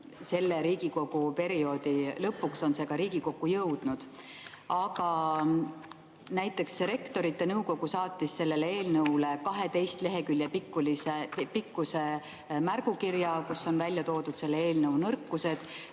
selle [koosseisu] perioodi lõpuks on ka Riigikokku jõudnud. Aga näiteks Rektorite Nõukogu saatis selle eelnõu kohta 12 lehekülje pikkuse märgukirja, kus on välja toodud selle eelnõu nõrkused,